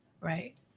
Right